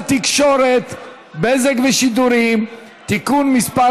התקשורת (בזק ושידורים) (תיקון מס'